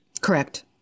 Correct